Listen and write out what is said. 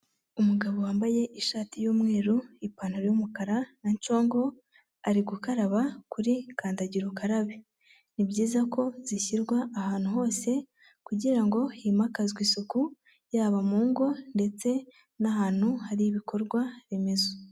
Umugabo wambaye ishati y'umweru ipantaro y'umukara na ncongo, ari gukaraba kuri kandagira ukarabe. Ni byiza ko zishyirwa ahantu hose kugira ngo himakazwe isuku yaba mu ngo ndetse n'ahantu hari ibikorwa remezo.